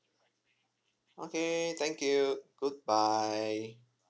okay thank you good bye